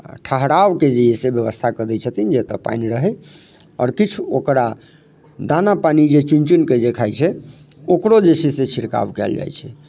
ठहरावके जे अइ से व्यवस्था कऽ दै छथिन जे एतय पानि रहै आओर किछु ओकरा दाना पानी जे चुनि चुनि कऽ जे खाइ छै ओकरो जे छै से छिड़काव कयल जाइ छै